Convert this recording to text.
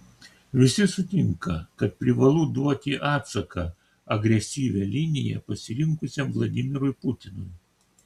visi sutinka kad privalu duoti atsaką agresyvią liniją pasirinkusiam vladimirui putinui